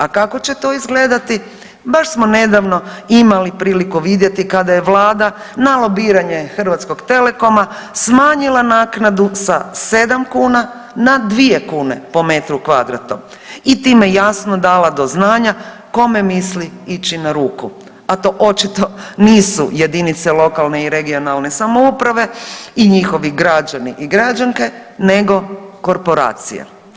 A kako će to izgledati, baš smo nedavno imali priliku vidjeti kada je Vlada na lobiranje HT-a smanjila naknadu sa 7 kuna na 2 kune po metru kvadratnom i time jasno dala do znanja kome misli ići na ruku, a to očito nisu jedinice lokalne i regionalne samouprave i njihovi građani i građanke, nego korporacije.